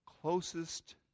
closest